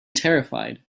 terrified